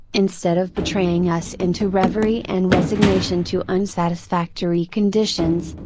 instead of betraying us into reverie and resignation to unsatisfactory conditions,